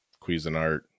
Cuisinart